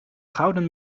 gouden